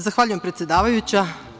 Zahvaljujem, predsedavajuća.